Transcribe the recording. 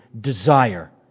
desire